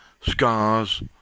Scars